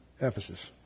Ephesus